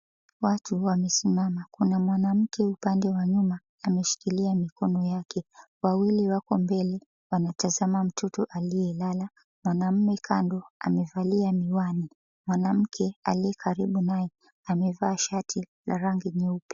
Watu wamesimama. Kuna mwanamke upande wa nyuma ameshikilia mikono yake. Wawili wako mbele, wanatazama mtoto aliyelala. Mwanaume kando amevalia miwani. Mwanamke aliye karibu naye amevaa shati la rangi nyeupe.